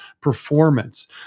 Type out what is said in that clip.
performance